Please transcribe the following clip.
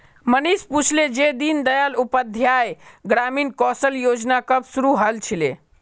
मनीष पूछले जे दीन दयाल उपाध्याय ग्रामीण कौशल योजना कब शुरू हल छिले